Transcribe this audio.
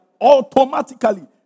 automatically